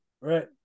Right